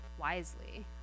wisely